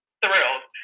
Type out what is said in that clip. thrilled